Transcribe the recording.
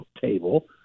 table